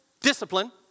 discipline